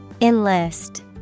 Enlist